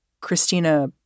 Christina